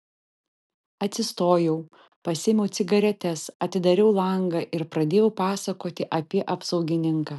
atsistojau pasiėmiau cigaretes atidariau langą ir pradėjau pasakoti apie apsaugininką